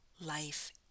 life